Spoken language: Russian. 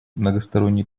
многосторонний